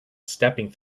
stepping